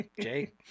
Jay